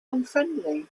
unfriendly